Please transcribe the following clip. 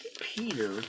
Peter